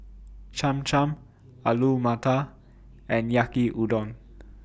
Cham Cham Alu Matar and Yaki Udon